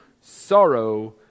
sorrow